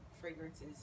fragrances